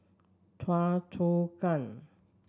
Choa Chu Kang